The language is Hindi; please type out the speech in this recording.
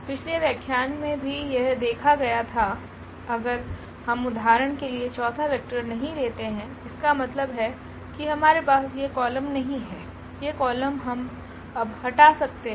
पिछले व्याख्यान में भी यह देखा गया था अगर हम उदाहरण के लिए चोथा वेक्टर नहीं लेते हैं इसका मतलब है कि हमारे पास यह कॉलम नहीं है यह कॉलम हम अब हटा सकते हैं